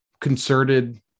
concerted